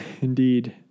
indeed